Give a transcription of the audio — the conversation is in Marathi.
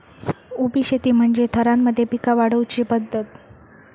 उभी शेती म्हणजे थरांमध्ये पिका वाढवुची पध्दत